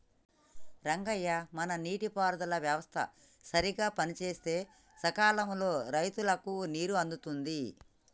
రంగయ్య మన నీటి పారుదల వ్యవస్థ సరిగ్గా పనిసేస్తే సకాలంలో రైతులకు నీరు అందుతుంది